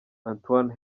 antoine